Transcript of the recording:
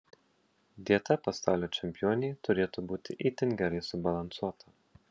dieta pasaulio čempionei turėtų būti itin gerai subalansuota